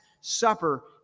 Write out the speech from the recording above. supper